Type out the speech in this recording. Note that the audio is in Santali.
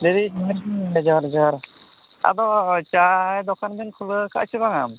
ᱞᱟᱹᱭ ᱫᱤᱧ ᱡᱚᱦᱟᱨ ᱡᱚᱦᱟᱨ ᱟᱫᱚ ᱪᱟᱭ ᱫᱳᱠᱟᱱ ᱵᱮᱱ ᱠᱷᱩᱞᱟᱹᱣ ᱠᱟᱜᱼᱟ ᱥᱮ ᱵᱟᱝᱟ